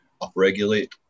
upregulate